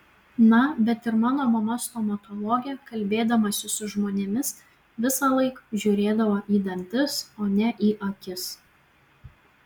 na bet ir mano mama stomatologė kalbėdamasi su žmonėmis visąlaik žiūrėdavo į dantis o ne į akis